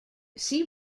see